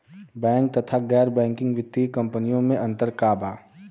Bank तथा गैर banking वित्तीय कम्पनीयो मे अन्तर का बा?